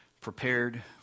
prepared